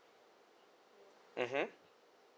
mmhmm